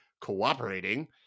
cooperating